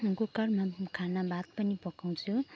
कुकरमा खाना भात पनि पकाउँछु